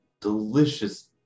delicious